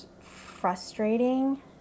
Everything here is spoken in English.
frustrating